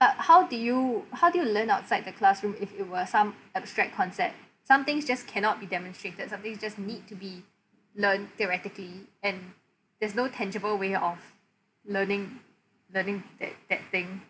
but how do you how do you learn outside the classroom if it were some abstract concept some things just cannot be demonstrated some things just need to be learnt theoretically and there's no tangible way of learning learning that that thing